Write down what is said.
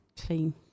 clean